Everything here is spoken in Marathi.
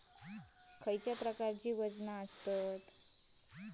कसल्या प्रकारची वजना आसतत?